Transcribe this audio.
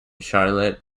charlotte